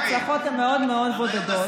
ההצלחות הן מאוד מאוד בודדות,